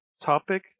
topic